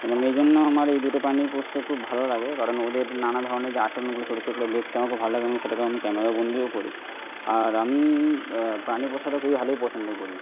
এবং এই জন্য আমার এই দুটো প্রাণী পুষতে খুব ভালো লাগে কারণ ওদের নানা ধরনের যে আচরণগুলো চরিত্রগুলো দেখতে আমার খুব ভালো লাগে এবং সেটাকে আমি ক্যামেরাবন্দিও করি আর আমি প্রাণী পছন্দ করি ভালোই পছন্দ করি